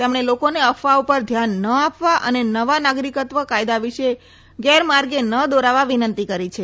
તેમણે લોકોને અફવાઓ પર ધ્યાન ન આપવા અને નવા નાગરીકત્વ કાયદા વિશે ગેરમાર્ગે ન દોરવા વિનંતી કરી છે